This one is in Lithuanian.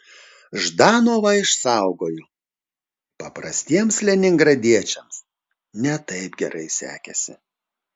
ždanovą išsaugojo paprastiems leningradiečiams ne taip gerai sekėsi